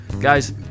guys